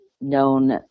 known